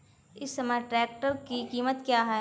इस समय ट्रैक्टर की कीमत क्या है?